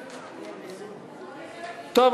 טוב,